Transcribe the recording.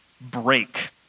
break